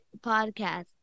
podcast